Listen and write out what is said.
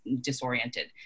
disoriented